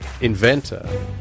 inventor